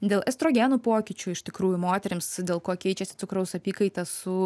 dėl estrogenų pokyčių iš tikrųjų moterims dėl ko keičiasi cukraus apykaita su